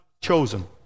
chosen